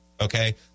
okay